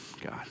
God